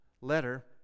letter